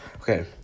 okay